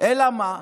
אלא מה?